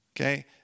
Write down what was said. okay